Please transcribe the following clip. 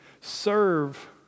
serve